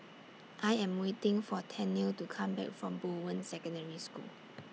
I Am waiting For Tennille to Come Back from Bowen Secondary School